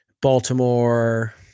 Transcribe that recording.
Baltimore